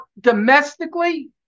domestically